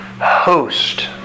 host